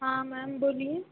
हाँ मैम बोलिए